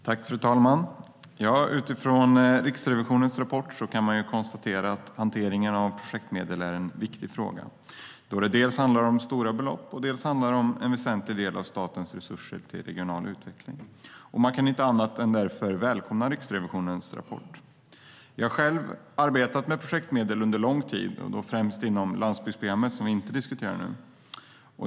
Fru talman! Utifrån Riksrevisionens rapport kan man konstatera att hanteringen av projektmedel är en viktig fråga. Det handlar dels om stora belopp, dels om en väsentlig del av statens resurser till regional utveckling. Man kan därför inte annat än välkomna Riksrevisionens rapport. Jag har själv arbetat med projektmedel under lång tid, då främst inom landsbygdsprogrammet, som vi inte diskuterar nu.